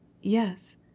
Yes